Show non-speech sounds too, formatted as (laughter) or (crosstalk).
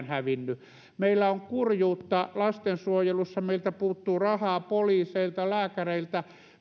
(unintelligible) hävinnyt meillä on kurjuutta lastensuojelussa meiltä puuttuu rahaa poliiseilta lääkäreiltä